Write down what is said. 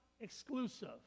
exclusive